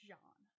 John